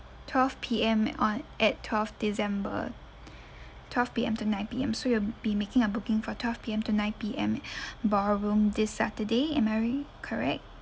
twelve P_M on at twelve december twelve P_M to nine P_M so you'll be making a booking for twelve P_M to nine P_M ballroom this saturday am I right correct